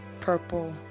purple